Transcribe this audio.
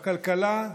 בכלכלה,